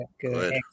Good